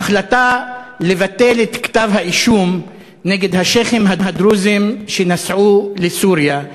החלטה לבטל את כתב-האישום נגד השיח'ים הדרוזים שנסעו לסוריה.